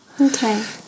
okay